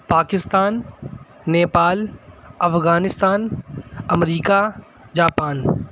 پاکستان نیپال افغانستان امریکا جاپان